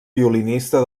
violinista